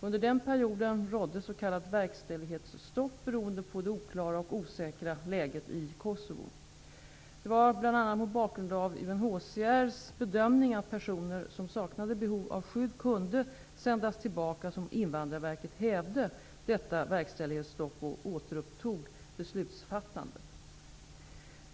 Under den perioden rådde s.k. verkställighetsstopp beroende på det oklara och osäkra läget i Kosovo. Det var bl.a. mot bakgrund av UNHCR:s bedömning att personer som saknade behov av skydd kunde sändas tillbaka som Invandrarverket hävde detta verkställighetsstopp och återupptog beslutsfattandet.